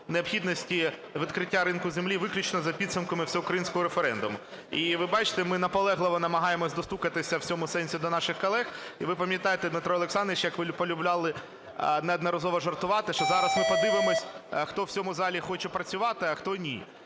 необхідності відкриття ринку землі виключно за підсумками всеукраїнського референдуму. І ви бачите, ми наполегливо намагаємося достукатися в цьому сенсі до наших колег. І ви пам'ятаєте, Дмитро Олександрович, як ви полюбляли неодноразово жартувати, що зараз ми подивимось, хто в цьому залі хоче працювати, а хто ні.